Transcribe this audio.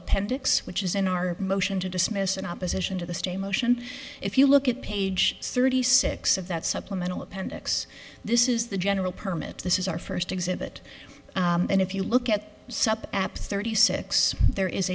appendix which is in our motion to dismiss in opposition to the stay motion if you look at page thirty six of that supplemental appendix this is the general permit this is our first exhibit and if you look at sup apps thirty six there is